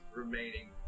remaining